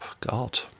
god